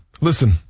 Listen